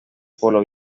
pueblo